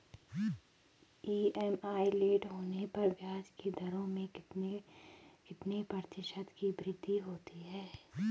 EMI late होने पर ब्याज की दरों में कितने कितने प्रतिशत की वृद्धि होती है?